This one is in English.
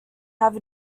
have